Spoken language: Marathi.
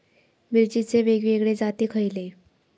मिरचीचे वेगवेगळे जाती खयले?